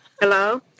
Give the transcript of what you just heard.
Hello